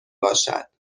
باشد